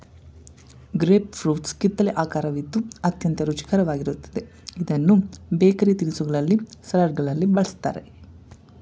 grape fruits ಕಿತ್ತಲೆ ಆಕರವಿದ್ದು ಅತ್ಯಂತ ರುಚಿಕರವಾಗಿರುತ್ತದೆ ಇದನ್ನು ಬೇಕರಿ ತಿನಿಸುಗಳಲ್ಲಿ, ಸಲಡ್ಗಳಲ್ಲಿ ಬಳ್ಸತ್ತರೆ